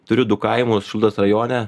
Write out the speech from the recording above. turiu du kaimus šilutės rajone